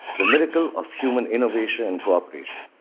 the miracle of human innovation and cooperation,